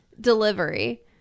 Delivery